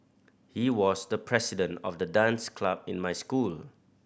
he was the president of the dance club in my school